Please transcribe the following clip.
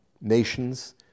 nations